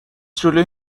جلوی